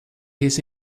his